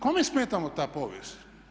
Kome smeta ta povijest?